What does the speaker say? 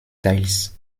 teils